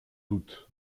doute